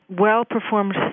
well-performed